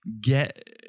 get